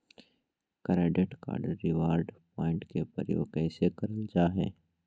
Credit card reward point के प्रयोग कैसे करल जा है?